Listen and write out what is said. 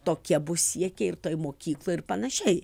tokie bus siekiai ir toj mokykloj ir panašiai